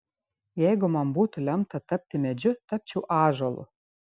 jeigu man būtų lemta tapti medžiu tapčiau ąžuolu